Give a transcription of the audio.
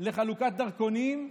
לחלוקת דרכונים,